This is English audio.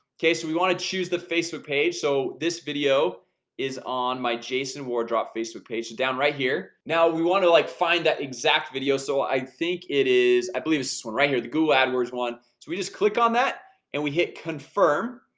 okay so we want to choose the facebook page so this video is on my jason wardrop facebook page down right here now we want to like find that exact video so i think it is i believe it's this one right here the google adwords one so we just click on that and we hit confirm,